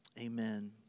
Amen